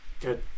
good